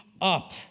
up